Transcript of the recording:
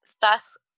thus